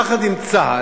יחד עם צה"ל,